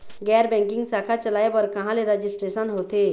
गैर बैंकिंग शाखा चलाए बर कहां ले रजिस्ट्रेशन होथे?